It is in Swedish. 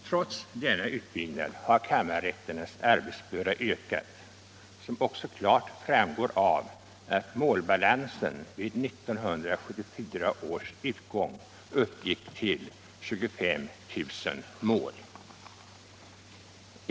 Trots denna utbyggnad har kammarrätternas arbetsbörda ökat, vilket också klart framgår av att målbalansen vid 1974 års utgång uppgick till ca 25 000 mål.